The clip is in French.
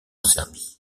serbie